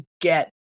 get